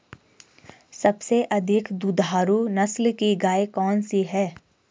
सबसे अधिक दुधारू नस्ल की गाय कौन सी है?